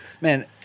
man